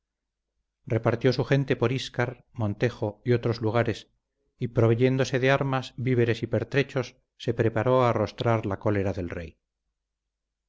repartió su gente por iscar montejo y otros lugares y proveyéndose de armas víveres y pertrechos se preparó a arrostrar la cólera del rey